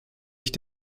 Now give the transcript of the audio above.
ich